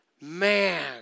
Man